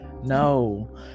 No